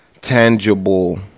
tangible